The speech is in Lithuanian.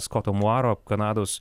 skoto muaro kanados